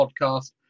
podcast